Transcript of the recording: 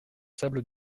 sables